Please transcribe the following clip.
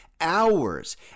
hours